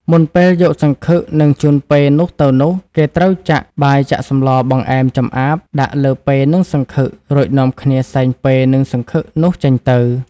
មុនពេលយកសង្ឃឹកនិងជូនពែនោះទៅនោះ គេត្រូវចាក់ បាយចាក់សម្ល បង្អែម ចម្អាប ដាក់លើពែនិងសង្ឃឹក រួចនាំគ្នាសែងពែនិងសង្ឃឹកនោះចេញទៅ ។